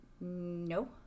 No